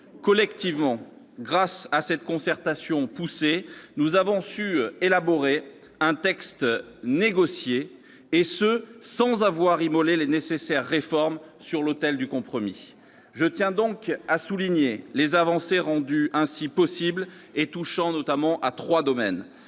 Collectivement, grâce à cette concertation poussée, nous avons su élaborer un texte négocié, et ce sans avoir immolé les nécessaires réformes sur l'autel du compromis. Je tiens donc à souligner les avancées rendues ainsi possibles ; elles touchent notamment à trois domaines.